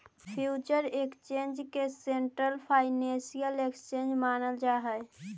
future exchange के central financial exchange मानल जा हइ